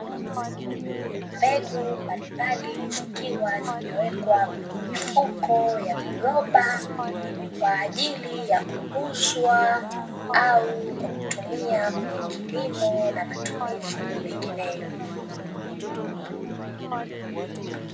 Mbegu mbalimbali zikiwa zimewekwa kwenye mifuko ya viroba, kwa ajili ya kuuzwa au kwa kutumia kwenye kilimo na matumizi mengineyo.